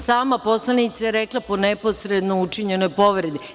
Sama poslanica je rekla – po neposredno učinjenoj povredi.